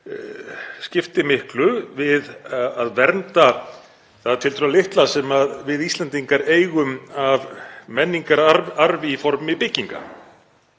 skipti miklu við að vernda það tiltölulega litla sem við Íslendingar eigum af menningararfi í formi bygginga